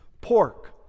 pork